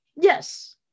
Yes